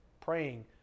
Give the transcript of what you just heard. praying